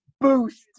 Boost